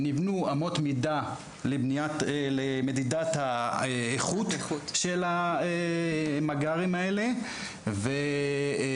נבנו אמות מידה למדידת האיכות של המג״רים האלה ואנחנו,